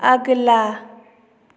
अगला